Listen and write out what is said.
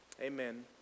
Amen